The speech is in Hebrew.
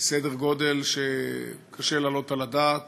סדר גודל שקשה להעלות על הדעת.